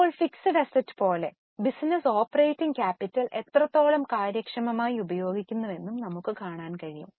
ഇപ്പോൾ fixed assets പോലെ business operating capital എത്രത്തോളം കാര്യക്ഷമമായി ഉപയോഗിക്കുന്നുവെന്നും നമുക്ക് കാണാൻ കഴിയും